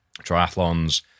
triathlons